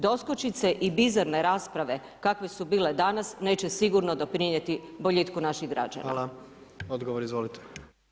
Doskočice i bizarne rasprave kakve su bile danas neće sigurno doprinijeti boljitku naših građana.